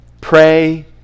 Pray